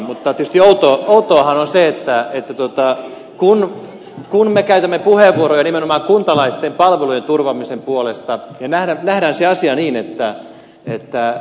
mutta tietysti outoahan on se että kun me käytämme puheenvuoroja nimenomaan kuntalaisten palvelujen turvaamisen puolesta nähdään se asia niin että kuntapalvelut ovat rajoista kiinni